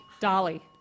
Dolly